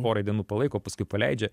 porai dienų palaiko paskui paleidžia